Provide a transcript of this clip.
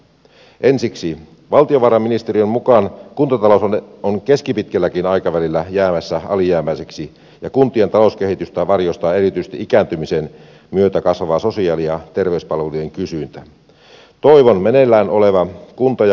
ensiksi valtiovarainministeriön mukaan kuntatalous on keskipitkälläkin aikavälillä jäämässä alijäämäiseksi ja kuntien talouskehitystä varjostaa erityisesti ikääntymisen myötä kasvava sosiaali ja terveyspalvelujen kysyntä